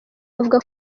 bavuga